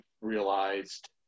realized